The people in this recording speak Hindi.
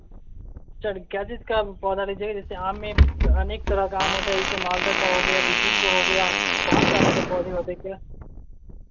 सर क्या चीज़ का पौधा लीजिए जैसे आम में अनेक तरह का आम होता है जैसे मालदा का हो गया गुज्जू का हो गया बहुत सारा के पौधे होते क्या